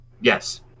Yes